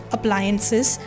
Appliances